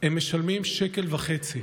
הם משלמים שקל וחצי.